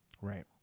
Right